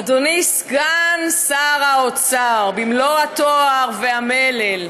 אדוני סגן שר האוצר, במלוא התואר והמלל.